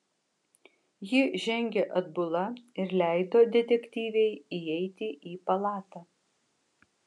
ji žengė atbula ir leido detektyvei įeiti į palatą